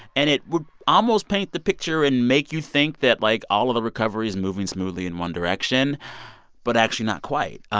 and it would almost paint the picture and make you think that, like, all of the recovery is moving smoothly in one direction but actually not quite.